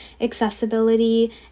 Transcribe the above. accessibility